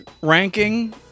ranking